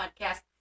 podcast